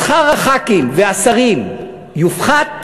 שכר חברי הכנסת והשרים יופחת,